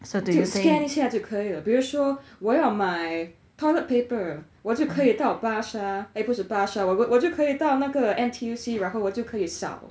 就 scan 一下就可以了比如说我要买 toilet paper 我就可以到巴刹 eh 不是巴刹我我就可以到那个 N_T_U_C 然后我就可以扫